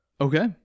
Okay